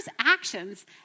actions